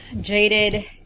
jaded